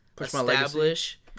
establish